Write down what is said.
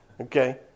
okay